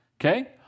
Okay